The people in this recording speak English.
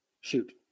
Shoot